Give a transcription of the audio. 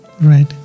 right